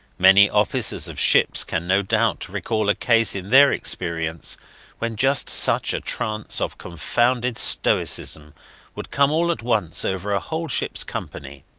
many officers of ships can no doubt recall a case in their experience when just such a trance of confounded stoicism would come all at once over a whole ships company.